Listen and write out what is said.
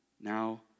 Now